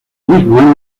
mismo